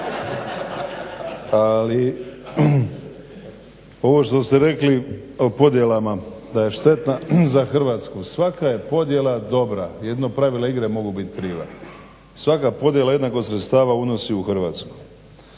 Ali, ovo što ste rekli o podjelama da je štetna za Hrvatsku svaka je podjela dobra. Jedino pravila igre mogu biti kriva. Svaka podjela jednako sredstava unosi u Hrvatsku.